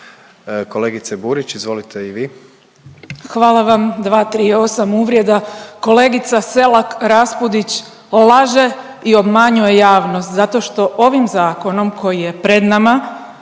Kolegice Burić, izvolite i vi. **Burić, Majda (HDZ)** Hvala vam. 238. uvreda. Kolegica Selak Raspudić laže i obmanjuje javnost zato što ovim zakonom koji je pred nama